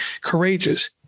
courageous